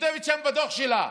וכותבת שם, בדוח שלה,